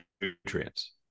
nutrients